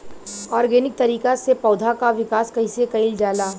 Organic तरीका से पौधा क विकास कइसे कईल जाला?